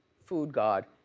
foodgod.